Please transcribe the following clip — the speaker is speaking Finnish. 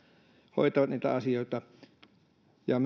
hoitavat niitä asioita ja